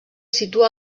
situa